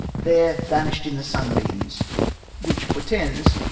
there vanish'd in the sunbeams which portends,